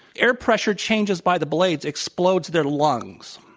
air pressure changes by the blades explodes their lungs,